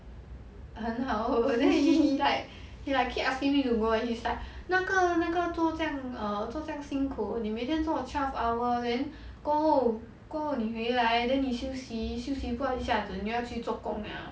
很好 oh then he like he like keep asking me to go and he's like 那个那个做这样 err 做这样辛苦你每天做 twelve hour then 过后过后你回来 then 你休息休息过一下子你要去做工 liao